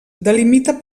delimita